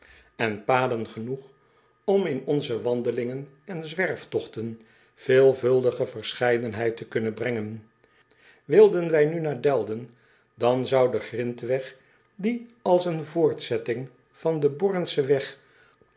potlood eel den genoeg om in onze wandelingen en zwerftogten veelvuldige verscheidenheid te kunnen brengen ilden wij nu naar elden dan zou de grindweg die als een voortzetting van den ornschen weg